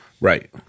right